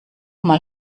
mal